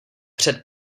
před